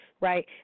Right